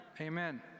Amen